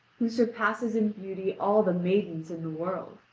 who surpasses in beauty all the maidens in the world.